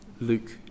Luke